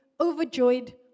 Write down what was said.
overjoyed